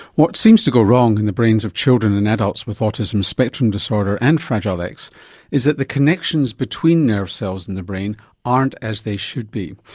what seems to go wrong in and the brains of children and adults with autism spectrum disorder and fragile x is that the connections between nerve cells in the brain aren't as they should be.